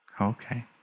Okay